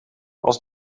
als